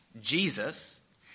Jesus